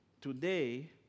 today